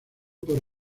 por